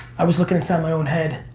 i was looking inside my own head.